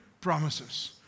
promises